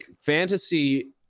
fantasy